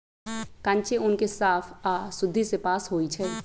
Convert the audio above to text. कांचे ऊन के साफ आऽ शुद्धि से पास होइ छइ